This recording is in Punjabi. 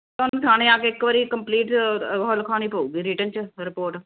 ਤੁਹਾਨੂੰ ਥਾਣੇ ਆ ਕੇ ਇੱਕ ਵਾਰੀ ਕੰਪਲੇਟ ਉਹ ਲਿਖਾਉਣੀ ਪਵੇਗੀ ਰਿਟਨ 'ਚ ਰਿਪੋਰਟ